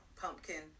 pumpkin